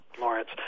Lawrence